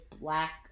black